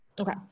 Okay